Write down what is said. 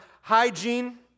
hygiene